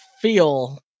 feel